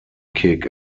kick